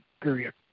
period